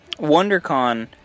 WonderCon